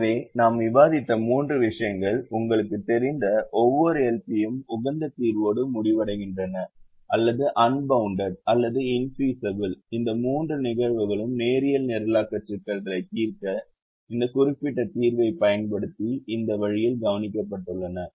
எனவே நாம் விவாதித்த மூன்று விஷயங்கள் உங்களுக்குத் தெரிந்த ஒவ்வொரு LP யும் உகந்த தீர்வோடு முடிவடைகின்றன அல்லது அன்பவுண்டட் அல்லது இன்பிசப்பல் இந்த மூன்று நிகழ்வுகளும் நேரியல் நிரலாக்க சிக்கல்களைத் தீர்க்க இந்த குறிப்பிட்ட தீர்வைப் பயன்படுத்தி இந்த வழியில் கவனிக்கப்பட்டுள்ளன